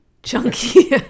chunky